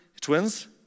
Twins